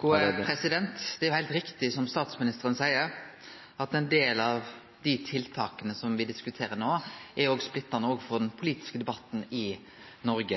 Det er heilt riktig som statsministeren seier, at ein del av dei tiltaka som me diskuterer no, òg er splittande for den politiske debatten i Noreg.